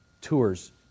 tours